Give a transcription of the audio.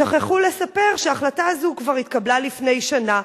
שכחו לספר שההחלטה הזו התקבלה כבר לפני שנה.